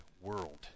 world